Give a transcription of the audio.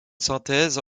synthèse